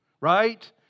right